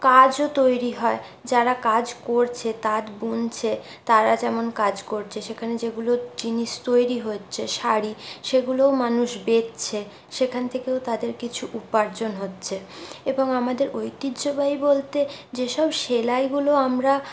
কাজও তৈরি হয় যারা কাজ করছে তাঁত বুনছে তারা যেমন কাজ করছে সেখানে যেগুলো জিনিস তৈরি হচ্ছে শাড়ি সেগুলোও মানুষ বেচছে সেখান থেকেও তাদের কিছু উপার্জন হচ্ছে এবং আমাদের ঐতিহ্যবাহী বলতে যেসব সেলাইগুলো আমরা